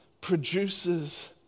produces